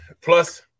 Plus